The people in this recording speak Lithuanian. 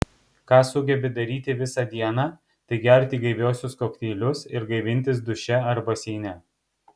ką sugebi daryti visą dieną tai gerti gaiviuosius kokteilius ir gaivintis duše ar baseine